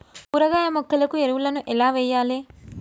కూరగాయ మొక్కలకు ఎరువులను ఎలా వెయ్యాలే?